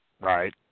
right